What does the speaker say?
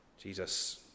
Jesus